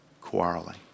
quarreling